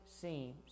seems